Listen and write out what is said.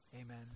Amen